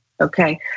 okay